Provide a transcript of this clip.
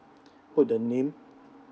put the name